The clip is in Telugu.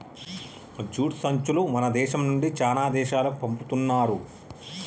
జూట్ సంచులు మన దేశం నుండి చానా దేశాలకు పంపుతున్నారు